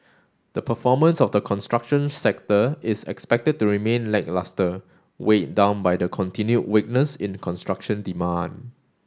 the performance of the construction sector is expected to remain lacklustre weighed down by the continued weakness in construction demand